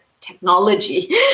technology